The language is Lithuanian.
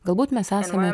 galbūt mes esame